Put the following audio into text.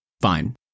fine